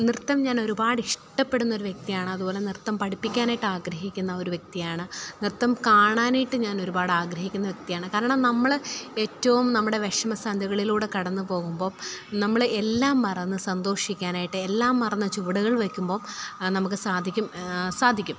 നൃത്തം ഞാനൊരുപാട് ഇഷ്ടപ്പെടുന്നൊരു വ്യക്തിയാണ് അതുപോലെ നൃത്തം പഠിപ്പിക്കാനായിട്ട് ആഗ്രഹിക്കുന്ന ഒരു വ്യക്തിയാണ് നൃത്തം കാണാനായിട്ട് ഞാനൊരുപാട് ആഗ്രഹിക്കുന്ന വ്യക്തിയാണ് കാരണം നമ്മൾ ഏറ്റവും നമ്മുടെ വിഷമ സന്ധ്യകളിലൂടെ കടന്നു പോകുമ്പം നമ്മൾ എല്ലാം മറന്ന് സന്തോഷിക്കാനായിട്ട് എല്ലാം മറന്നു ചുവടുകൾ വെയ്ക്കുമ്പോൾ നമുക്ക് സാധിക്കും സാധിക്കും